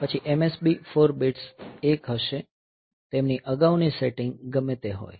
પછી MSB 4 bits 1 હશે તેમની અગાઉની સેટિંગ ગમે તે હોય